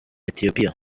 etiyopiya